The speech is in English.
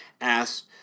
asked